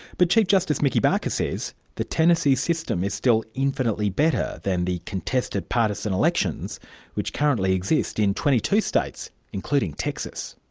but chief justice mickey barker says the tennessee system is still infinitely better than the contested partisan elections which currently exist in twenty two states, including texas.